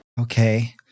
Okay